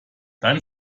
dann